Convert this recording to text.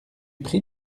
pris